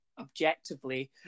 objectively